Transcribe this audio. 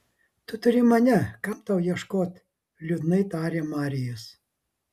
tu turi mane kam tau ieškot liūdnai tarė marijus